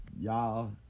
y'all